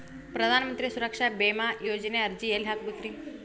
ಪ್ರಧಾನ ಮಂತ್ರಿ ಸುರಕ್ಷಾ ಭೇಮಾ ಯೋಜನೆ ಅರ್ಜಿ ಎಲ್ಲಿ ಹಾಕಬೇಕ್ರಿ?